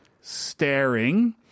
staring